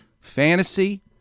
Fantasy